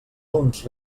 uns